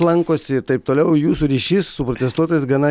lankosi ir taip toliau jūsų ryšys su protestuotojais gana